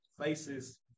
faces